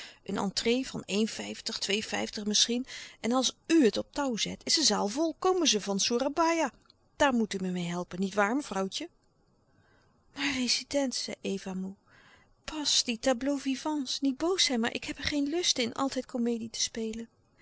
entrée van vijftig misschien en als u het op touw zet is de zaal vol komen ze van soerabaia daar moet u me meê helpen niet waar mevrouwtje maar rezident zei eva moê pas die tableaux-vivants niet boos zijn maar ik heb er geen lust in altijd komedie te spelen